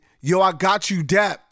yo-I-got-you-dap